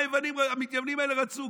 מה המתייוונים האלה רצו?